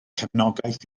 cefnogaeth